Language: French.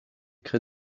crée